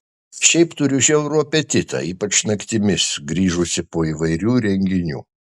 šiaip turiu žiaurų apetitą ypač naktimis grįžusi po įvairių renginių